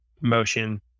motion